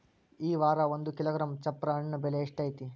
ಈ ವಾರ ಒಂದು ಕಿಲೋಗ್ರಾಂ ಚಪ್ರ ಹಣ್ಣ ಬೆಲೆ ಎಷ್ಟು ಐತಿ?